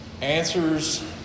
answers